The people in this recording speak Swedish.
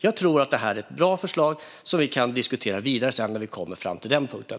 Jag tror att detta är ett bra förslag som vi kan diskutera vidare när vi kommer fram till den punkten.